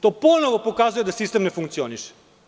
To ponovo pokazuje da sistem ne funkcioniše.